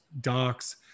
docs